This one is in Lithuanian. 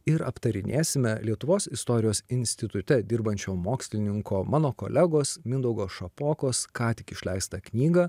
ir aptarinėsime lietuvos istorijos institute dirbančio mokslininko mano kolegos mindaugo šapokos ką tik išleistą knygą